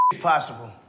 possible